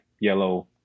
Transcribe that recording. yellow